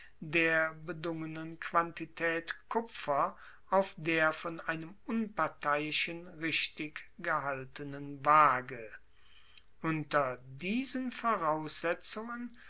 der bedungenen quantitaet kupfer auf der von einem unparteiischen richtig gehaltenen waage unter diesen voraussetzungen